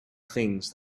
things